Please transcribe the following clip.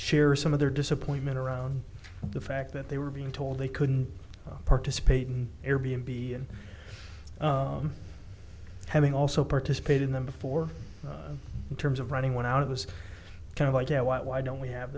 share some of their disappointment around the fact that they were being told they couldn't participate in air b n b and having also participate in them before in terms of running went out of this kind of idea what why don't we have